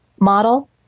model